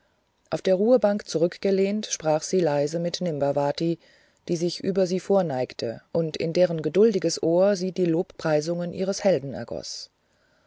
auf der ruhebank zurückgelehnt sprach sie leise mit nimbavati die sich über sie vorneigte und in deren geduldiges ohr sie die lobpreisungen ihres helden ergoß